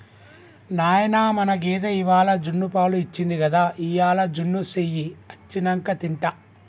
నాయనా మన గేదె ఇవ్వాల జున్నుపాలు ఇచ్చింది గదా ఇయ్యాల జున్ను సెయ్యి అచ్చినంక తింటా